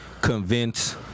convince